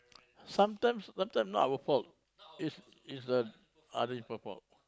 sometimes sometime not our fault is the is the other people fault